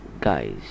guys